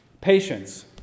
Patience